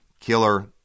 Killer